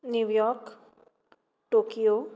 new York Tokyo